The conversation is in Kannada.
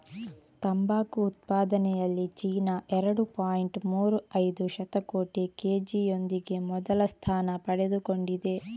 ತಂಬಾಕು ಉತ್ಪಾದನೆಯಲ್ಲಿ ಚೀನಾ ಎರಡು ಪಾಯಿಂಟ್ ಮೂರು ಐದು ಶತಕೋಟಿ ಕೆ.ಜಿಯೊಂದಿಗೆ ಮೊದಲ ಸ್ಥಾನ ಪಡೆದುಕೊಂಡಿದೆ